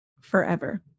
forever